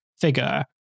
figure